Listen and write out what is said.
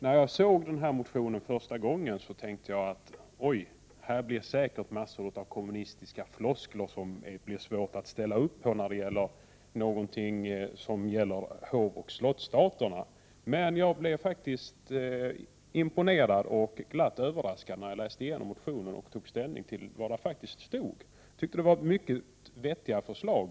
När jag såg den här motionen första gången tänkte jag: Oj, när det handlar om något sådant som hovoch slottsstaterna kommer det säkert massor av kommunistiska floskler som det blir svårt att ställa upp på. Men jag blev imponerad och glatt överraskad när jag läste igenom motionen och tog ställning till vad där faktiskt stod. Jag tyckte det var mycket vettiga förslag.